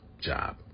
job